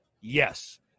Yes